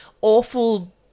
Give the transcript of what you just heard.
awful